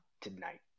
tonight